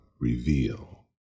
reveal